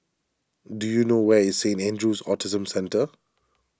do you know where is Saint andrew's Autism Centre